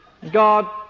God